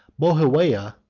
moawiyah,